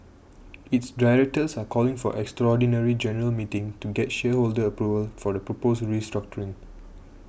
its directors are calling for an extraordinary general meeting to get shareholder approval for the proposed restructuring